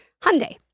Hyundai